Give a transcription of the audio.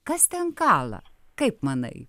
kas ten kala kaip manai